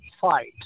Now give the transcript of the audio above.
fight